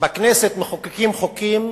בכנסת מחוקקים חוקים